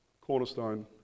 Cornerstone